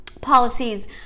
policies